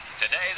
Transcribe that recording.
Today